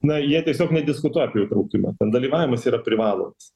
na jie tiesiog nediskutuoja apie įtraukimą ten dalyvavimas yra privalomas